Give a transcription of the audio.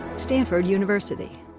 stanford university.